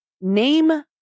name